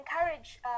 encourage